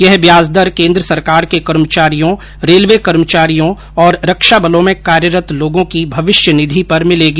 यह ब्याज दर केंद्र सरकार के कर्मचारियों रेलवे कर्मचारियों और रक्षा बलों में कार्यरत लोगों की भविष्य निधि पर मिलेगी